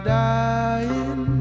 dying